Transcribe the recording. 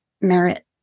merit